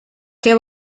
què